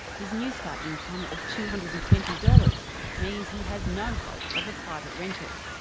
his newstart income of two hundred and twenty dollars means he has no hope of a private rental,